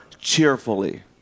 cheerfully